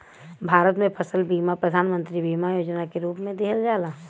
भारत में फसल बीमा प्रधान मंत्री बीमा योजना के रूप में दिहल जाला